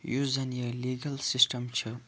یُس زَن یہٕ لیٖگل سِسٹَم چھُ